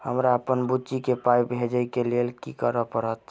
हमरा अप्पन बुची केँ पाई भेजइ केँ लेल की करऽ पड़त?